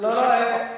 לא, לא.